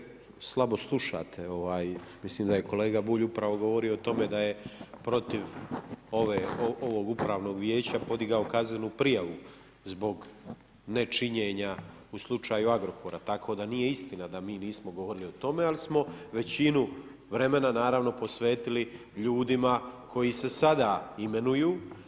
Poštovani kolega Šuker, slabo slušate, ovaj, mislim da je kolega Bulj upravo govorio o tome, da je protiv ovog upravnog vijeća podigao kaznenu prijavu, zbog nečinjenja u slučaju Agrokora, tako da nije istina da mi nismo govorili o tome, ali smo većinu vremena naravno, posvetili ljudima koji se sada imenuju.